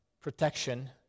protection